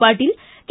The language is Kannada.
ಪಾಟೀಲ್ ಕೆ